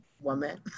woman